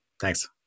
Thanks